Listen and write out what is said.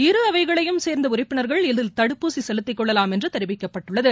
இரு அவைகளையும் சேர்ந்த உறுப்பினர்கள் இதில் தடுப்பூசி செலுத்திக் கொள்ளலாம் என்று தெரிவிக்கப்பட்டுள்ளது